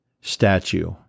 statue